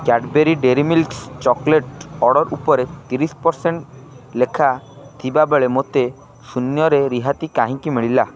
Cadbury dairy milks chocolate order ଉପରେ ତିରିଶ percent ଲେଖା ଥିବାବେଳେ ମୋତେ ଶୂନ୍ୟରେ ରିହାତି କାହିଁକି ମିଳିଲା